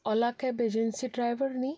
Ola cab agency driver न्ही